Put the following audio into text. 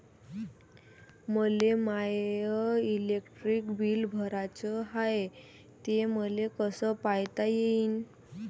मले माय electric bill भराचं हाय, ते मले कस पायता येईन?